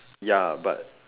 ya but